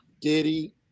Diddy